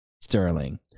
Sterling